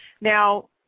Now